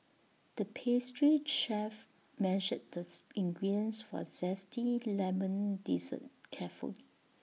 the pastry chef measured this ingredients for A Zesty Lemon Dessert carefully